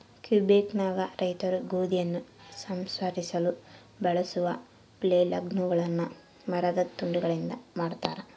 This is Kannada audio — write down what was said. ಕ್ವಿಬೆಕ್ನಾಗ ರೈತರು ಗೋಧಿಯನ್ನು ಸಂಸ್ಕರಿಸಲು ಬಳಸುವ ಫ್ಲೇಲ್ಗಳುನ್ನ ಎರಡು ಮರದ ತುಂಡುಗಳಿಂದ ಮಾಡತಾರ